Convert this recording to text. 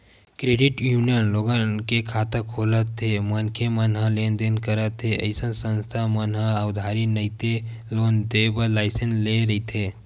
credit union लोगन के खाता खोलत हे मनखे मन ह लेन देन करत हे अइसन संस्था मन ह उधारी नइते लोन देय बर लाइसेंस लेय रहिथे